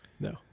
No